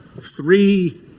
three